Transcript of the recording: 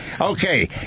Okay